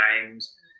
games